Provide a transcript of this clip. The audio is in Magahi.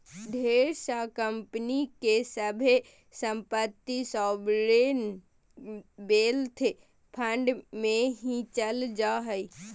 ढेर सा कम्पनी के सभे सम्पत्ति सॉवरेन वेल्थ फंड मे ही चल जा हय